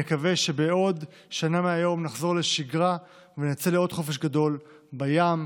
נקווה שבעוד שנה מהיום נחזור לשגרה ונצא לעוד חופש גדול בים,